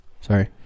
Sorry